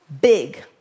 big